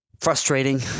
Frustrating